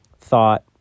thought